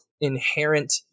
inherent